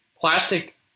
plastic